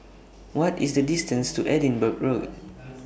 What IS The distance to Edinburgh Road